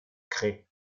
craie